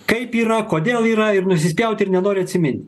kaip yra kodėl yra ir nusispjauti ir nenori atsiminti